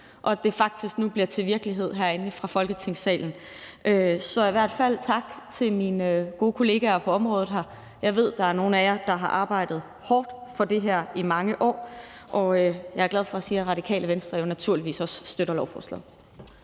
at det faktisk nu bliver til virkelighed herinde fra Folketingssalen. Så tak til min gode kollegaer på området her. Jeg ved, der er nogle af jer, der har arbejdet hårdt for det her i mange år, og jeg er glad for at sige, at Radikale Venstre naturligvis også støtter lovforslaget.